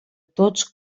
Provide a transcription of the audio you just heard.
tots